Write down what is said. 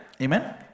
Amen